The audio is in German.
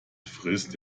frisst